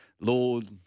Lord